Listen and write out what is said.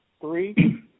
three